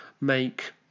make